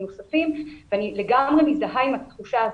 נוספים ואני לגמרי מזדהה עם התחושה הזאת,